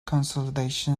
consolation